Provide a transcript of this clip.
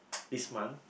this month